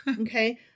Okay